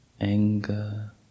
anger